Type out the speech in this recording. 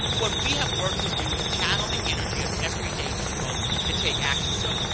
what we have worked to do is channel the energy of everyday people to take action. so,